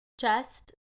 chest